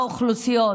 האוכלוסיות.